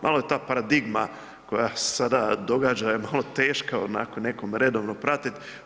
Malo je ta paradigma koja se sada događa je malo teška onako nekome redovno pratiti.